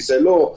כיסא לא,